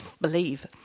believe